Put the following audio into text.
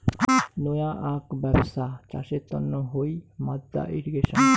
নয়া আক ব্যবছ্থা চাষের তন্ন হই মাদ্দা ইর্রিগেশন